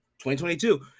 2022